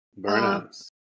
Burnouts